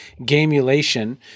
gamulation